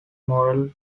moral